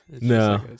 no